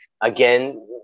Again